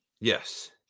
Yes